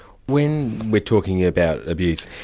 when we're talking about abuse,